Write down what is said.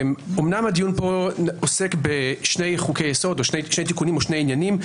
אמנם הדיון פה עוסק בשני תיקונים או עניינים.